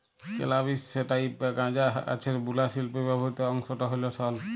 ক্যালাবিস sativa বা গাঁজা গাহাচের বুলা শিল্পে ব্যাবহিত অংশট হ্যল সল